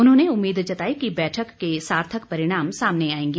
उन्होंने उम्मीद जताई कि बैठक के सार्थक परिणाम सामने आएंगे